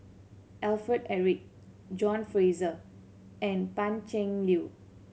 Alfred Eric John Fraser and Pan Cheng Lui